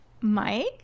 Mike